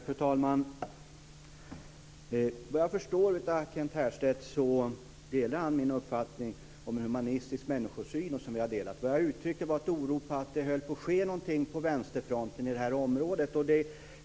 Fru talman! Vad jag förstår delar Kent Härstedt min uppfattning om en humanistisk människosyn. Vad jag uttryckte var en oro för att det håller på att ske någonting på vänsterfronten på det här området.